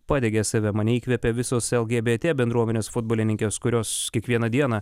padegė save mane įkvėpė visos lgbt bendruomenės futbolininkės kurios kiekvieną dieną